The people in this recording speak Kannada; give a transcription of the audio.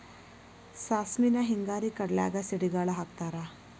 ಸಾಸ್ಮಿನ ಹಿಂಗಾರಿ ಕಡ್ಲ್ಯಾಗ ಸಿಡಿಗಾಳ ಹಾಕತಾರ